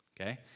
Okay